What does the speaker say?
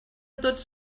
tots